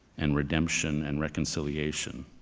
and redemption and reconciliation.